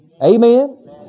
Amen